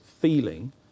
feeling